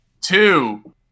two